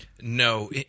No